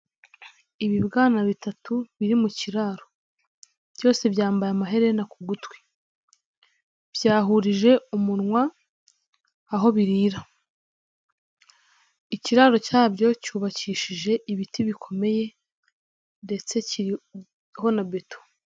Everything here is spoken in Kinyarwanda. Ibibwana bitatu, biri mu kiraro, byose byambaye amaherena ku gutwi, byahuje umunwa aho birira, ikiraro cyabyo cyubakishije ibiti bikomeye ndetse kiriho na beto.